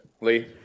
Lee